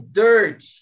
dirt